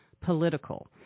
political